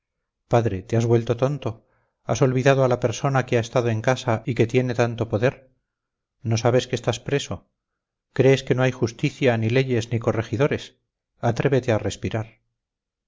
padre te has vuelto tonto has olvidado a la persona que ha estado en casa y que tiene tanto poder no sabes que estás preso crees que no hay justicia ni leyes ni corregidores atrévete a respirar